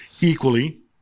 Equally